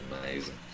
amazing